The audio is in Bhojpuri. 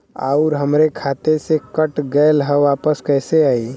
आऊर हमरे खाते से कट गैल ह वापस कैसे आई?